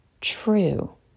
true